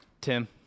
Tim